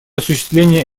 осуществления